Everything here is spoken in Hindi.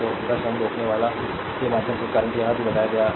तो 10 or रोकनेवाला के माध्यम से करंट यह भी बताया गया है